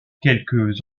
quelques